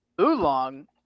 oolong